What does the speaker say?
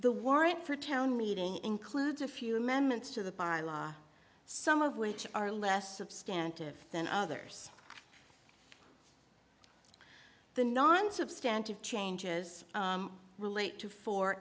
the warrant for town meeting includes a few amendments to the by law some of which are less of stand to than others the non substantial changes relate to four